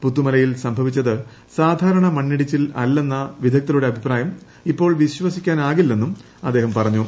പുത്തുമലയിൽ സംഭവിച്ചത് സാധാരണ മണ്ണിടിച്ചിൽ അല്ലെന്ന വിദഗ്ധരുടെ അഭിപ്രായം ഇപ്പോൾ വിശ്വസിക്കാനാകില്ലെന്നും അദ്ദേഹം പറഞ്ഞു